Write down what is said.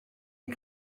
and